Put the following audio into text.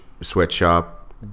sweatshop